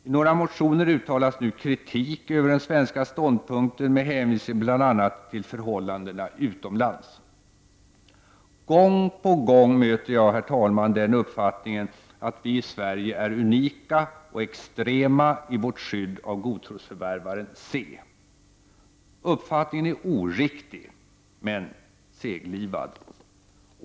I några motioner uttalas nu kritik över den svenska ståndpunkten med hänvisning bl.a. till förhållandena utomlands. Gång på gång möter jag, herr talman, den uppfattningen att vi i Sverige är unika och extrema i vårt skydd av godtrosförvärvaren C. Uppfattningen är oriktig men seglivad.